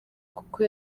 kuko